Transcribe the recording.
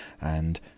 and